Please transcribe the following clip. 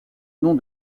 nom